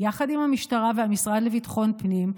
יחד עם המשטרה והמשרד לביטחון פנים,